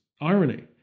irony